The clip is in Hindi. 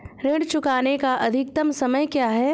ऋण चुकाने का अधिकतम समय क्या है?